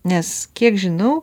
nes kiek žinau